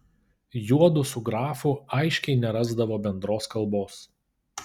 juodu su grafu aiškiai nerasdavo bendros kalbos